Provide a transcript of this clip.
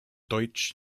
deutsche